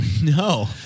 No